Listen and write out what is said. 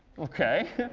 ok.